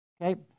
okay